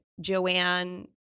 Joanne